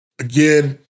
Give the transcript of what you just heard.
Again